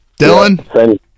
Dylan